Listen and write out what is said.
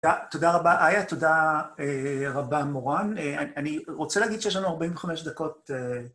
תודה רבה, איה. תודה רבה, מורן. אני רוצה להגיד שיש לנו 45 דקות.